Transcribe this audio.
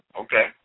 Okay